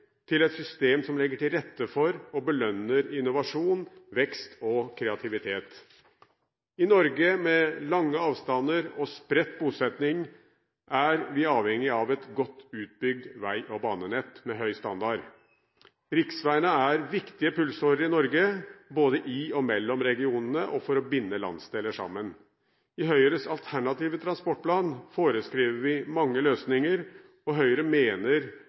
til et system som legger til rette for og belønner innovasjon, vekst og kreativitet. I Norge, med lange avstander og spredt bosetting, er vi avhengig av et godt utbygd vei- og banenett med høy standard. Riksveiene er viktig pulsårer i Norge, både i og mellom regionene og for å binde landsdeler sammen. I Høyres alternative transportplan foreskriver vi mange løsninger, og Høyre mener